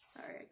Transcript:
Sorry